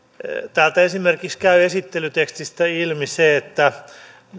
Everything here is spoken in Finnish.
täältä esimerkiksi käy esittelytekstistä ilmi että